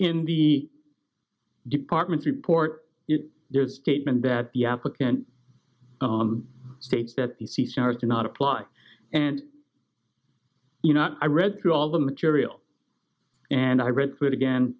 in the department report their statement that the applicant states that the stars do not apply and you know i read through all the material and i read through it again